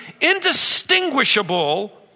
indistinguishable